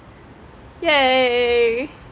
yea